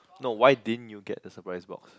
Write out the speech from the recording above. no why didn't you get the surprise box